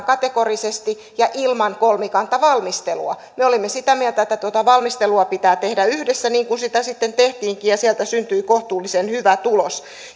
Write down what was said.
kategorisesti ja ilman kolmikantavalmistelua me olimme sitä mieltä että tuota valmistelua pitää tehdä yhdessä niin kuin sitä sitten tehtiinkin ja sieltä syntyi kohtuullisen hyvä tulos